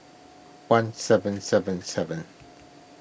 one seven seven seven